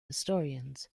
historians